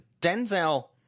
denzel